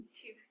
two